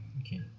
okay